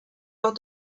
lors